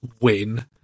win